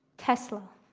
tesla,